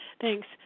Thanks